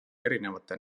erinevate